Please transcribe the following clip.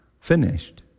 finished